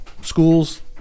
school's